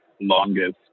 longest